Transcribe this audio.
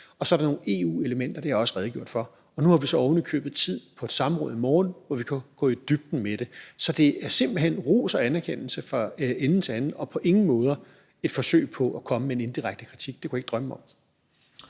og så er der nogle EU-elementer, som jeg også har redegjort for. Nu har vi så ovenikøbet tid på et samråd i morgen til at gå i dybden med det. Så det er simpelt hen ros og anerkendelse fra ende til anden og på ingen måder et forsøg på at komme med en indirekte kritik – det kunne jeg ikke drømme om.